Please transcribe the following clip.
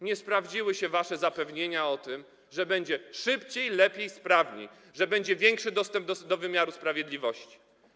Nie sprawdziły się wasze zapewnienia o tym, że będzie szybciej, lepiej, sprawniej, że będzie większy dostęp do wymiaru sprawiedliwości.